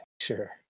Sure